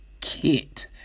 kit